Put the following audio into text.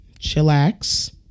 chillax